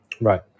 Right